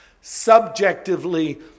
Subjectively